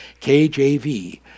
KJV